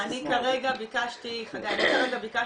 חגי, אני כרגע ביקשתי מיפוי